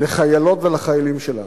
לחיילות ולחיילים שלנו.